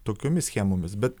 tokiomis schemomis bet